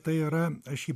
tai yra aš jį